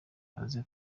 aze